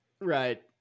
Right